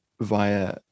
via